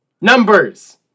Numbers